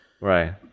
right